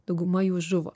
dauguma jų žuvo